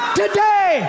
today